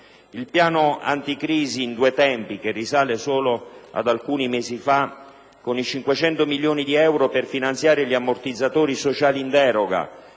Il piano anticrisi in due tempi, che risale solo ad alcuni mesi fa, con i 500 milioni di euro per finanziare gli ammortizzatori sociali in deroga